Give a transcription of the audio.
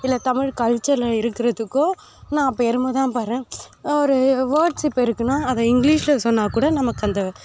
இல்லை தமிழ் கல்ச்சரில் இருக்கிறதுக்கோ நான் பெருமை தான் படுறேன் ஒரு வேர்ட்ஸ் இப்போ இருக்குனால் அதை இங்கிலீஷில் சொன்னால் கூட நமக்கு அந்த